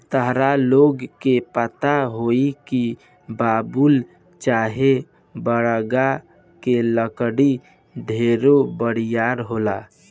ताहरा लोग के पता होई की बबूल चाहे बरगद के लकड़ी ढेरे बरियार होला